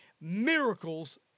miracles